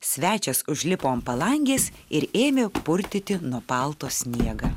svečias užlipo ant palangės ir ėmė purtyti nuo palto sniegą